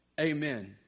Amen